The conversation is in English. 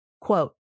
quote